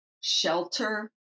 shelter